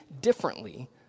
differently